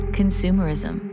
consumerism